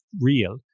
real